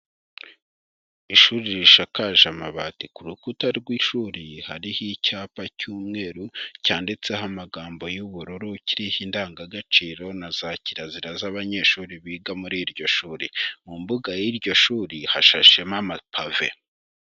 Ishuri rishakaje amabati ku rukuta rw'ishuri hariho icyapa cy'umweru cyanditseho amagambo y'ubururu, kiriho indangagaciro na za kirazira z'abanyeshuri biga muri iryo shuri, mu mbuga y'iryo shuri hashashemo amapave.